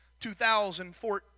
2014